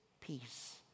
peace